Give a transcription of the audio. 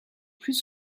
plus